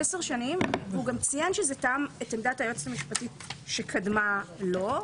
שזה תאם את עמדת היועצת המשפטית שקדמה לו.